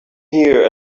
here